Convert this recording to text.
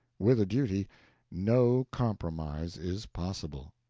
with a duty no compromise is possible.